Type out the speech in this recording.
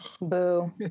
Boo